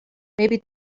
maybe